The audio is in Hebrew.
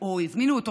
או הזמינו אותו,